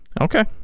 Okay